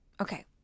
Okay